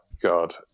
God